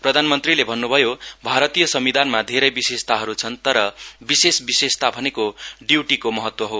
प्रधानमन्त्रीले भन्न्भयो भारतीय संविधानमा धेरै विशेषताहरू छन् तर विशेष विशेषता भनेको इय्टीको महत्त्व हो